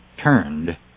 turned